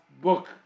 book